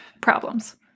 problems